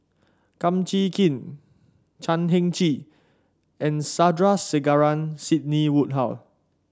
Kum Chee Kin Chan Heng Chee and Sandrasegaran Sidney Woodhull